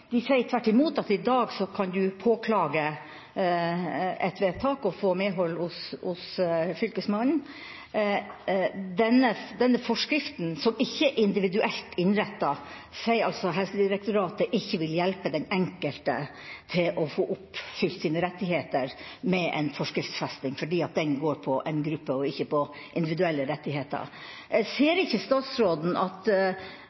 fagfolkene sier. De sier tvert imot at i dag kan man påklage et vedtak og få medhold hos Fylkesmannen. Denne forskriften, som ikke er individuelt innrettet, sier altså Helsedirektoratet ikke vil hjelpe den enkelte til å få oppfylt sine rettigheter, fordi forskriftsfestingen gjelder en gruppe og ikke individuelle rettigheter.